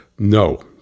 no